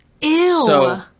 ew